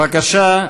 בבקשה.